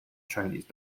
chinese